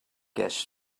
guests